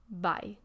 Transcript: Bye